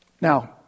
Now